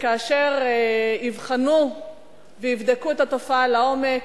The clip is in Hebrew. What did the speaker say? שכאשר יבחנו ויבדקו את התופעה לעומק,